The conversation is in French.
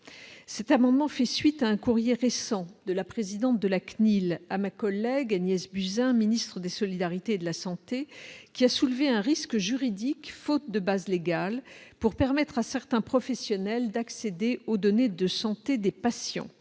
cet amendement fait suite à un courrier récent de la présidente de la CNIL à ma collègue Agnès Buzyn, ministre des solidarités et de la santé qui a soulevé un risque juridique, faute de base légale pour permettre à certains professionnels d'accéder aux données de santé des patients